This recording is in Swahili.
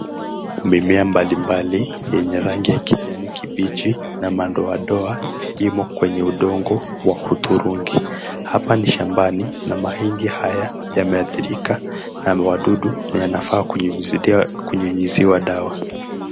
Mimea mbalimbali yenye rangi ya kijani kibichi na madoadoa imo kwenye udongo wa hudhurungi. Hapa ni shambani na mahindi haya yameathirika na wadudu na yanafaa kunyunyuziwa dawa.